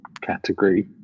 category